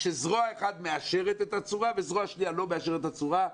כשזרוע אחת מאשרת את הצורה וזרוע שניה לא מאשרת את הצורה.